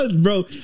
Bro